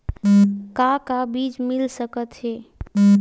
का का बीज मिल सकत हे?